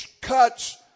cuts